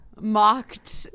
Mocked